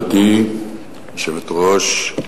גברתי היושבת-ראש,